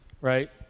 right